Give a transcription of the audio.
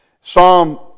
Psalm